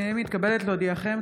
הינני מתכבדת להודיעכם,